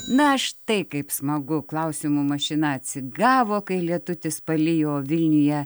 na štai kaip smagu klausimų mašina atsigavo kai lietutis palijo vilniuje